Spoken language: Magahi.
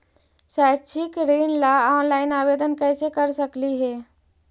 शैक्षिक ऋण ला ऑनलाइन आवेदन कैसे कर सकली हे?